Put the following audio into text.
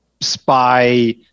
spy